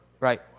Right